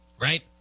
right